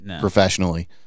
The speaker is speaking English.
professionally